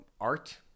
art